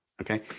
Okay